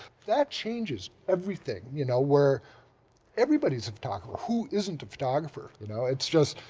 that changes everything, you know, where everybody's a photographer, who isn't a photographer you know it's just,